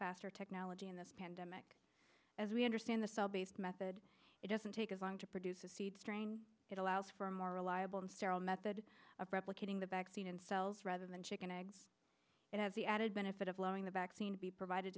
faster technology in this pandemic as we understand the cell based method it doesn't take as long to produce a seed strain it allows for a more reliable and sterile method of replicating the bag seen in cells rather than chicken eggs and have the added benefit of allowing the back scene to be provided